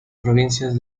provincias